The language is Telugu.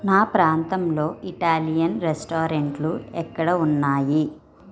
నా ప్రాంతంలో ఇటాలియన్ రెస్టారెంట్లు ఎక్కడ ఉన్నాయి